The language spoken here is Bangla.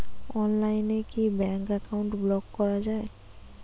অনলাইনে কি ব্যাঙ্ক অ্যাকাউন্ট ব্লক করা য়ায়?